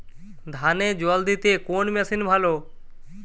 ধানে জল দিতে কোন মেশিন ভালো?